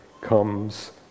comes